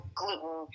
gluten